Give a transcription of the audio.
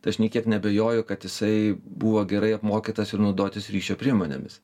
tai aš nė kiek neabejoju kad jisai buvo gerai apmokytas ir naudotis ryšio priemonėmis